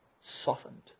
softened